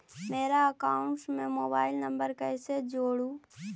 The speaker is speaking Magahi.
मेरा अकाउंटस में मोबाईल नम्बर कैसे जुड़उ?